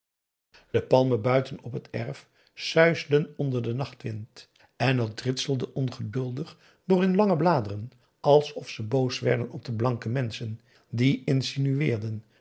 de palmen buiten op het erf suisden onder den nachtwind en t ritselde ongeduldig door hun lange bladeren alsof ze boos werden op de blanke menschen die insinueerden